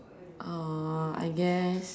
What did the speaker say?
uh I guess